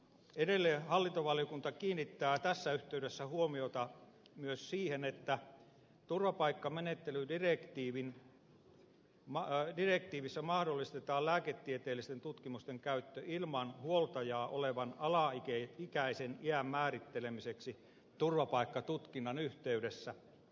edelleen hallintovaliokunta kiinnittää tässä yhteydessä huomiota myös siihen että turvapaikkamenettelydirektiivissä mahdollistetaan lääketieteellisten tutkimusten käyttö ilman huoltajaa olevan alaikäisen iän määrittelemiseksi turvapaikkatutkinnan yhteydessä